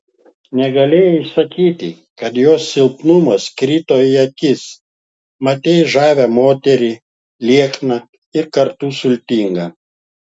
negalėjai sakyti kad jos silpnumas krito į akis matei žavią moterį liekną ir kartu sultingą